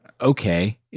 okay